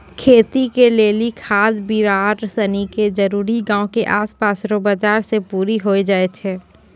खेती के लेली खाद बिड़ार सनी के जरूरी गांव के आसपास रो बाजार से पूरी होइ जाय छै